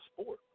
sport